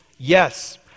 Yes